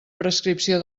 prescripció